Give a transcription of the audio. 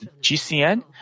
GCN